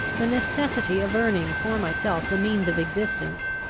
the necessity of earning for myself the means of existence,